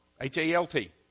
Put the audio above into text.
H-A-L-T